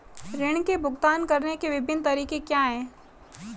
ऋृण के भुगतान करने के विभिन्न तरीके क्या हैं?